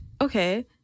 Okay